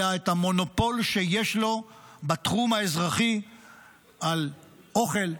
אלא את המונופול שיש לו בתחום האזרחי על אוכל,